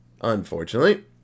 unfortunately